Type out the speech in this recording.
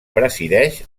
presideix